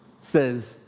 says